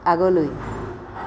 আগলৈ